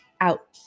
out